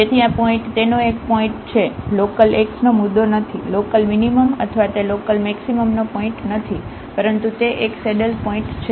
તેથી આ પોઇન્ટ તેનો એક પોઇન્ટ છે લોકલx નો મુદ્દો નથી લોકલમીનીમમ અથવા તે લોકલમેક્સિમમનો પોઇન્ટ નથી પરંતુ તે એક સેડલપોઇન્ટ છે